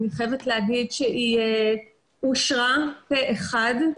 אני חייבת לומר שהיא אושרה פה אחד,